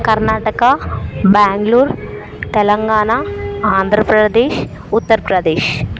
Karnataka Bengaluru Telangana Andhra Pradesh Uttar Pradesh